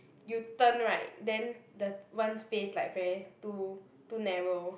you turn right then the one space like very too too narrow